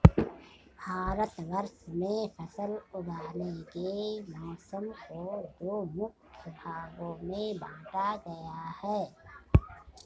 भारतवर्ष में फसल उगाने के मौसम को दो मुख्य भागों में बांटा गया है